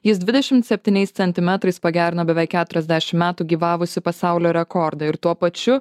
jis dvidešim septyniais centimetrais pagerino beveik keturiasdešim metų gyvavusį pasaulio rekordą ir tuo pačiu